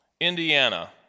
indiana